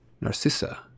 Narcissa